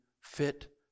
fit